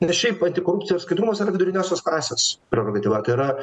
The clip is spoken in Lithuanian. nes šiaip pati korupcija skaidrumas yra viduriniosios klasės prerogatyva tai yra